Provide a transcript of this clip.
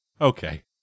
okay